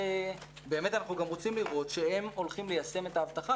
באמת אנחנו גם רוצים לראות שהם הולכים ליישם את ההבטחה